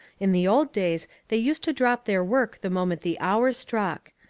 in the old days they used to drop their work the moment the hour struck.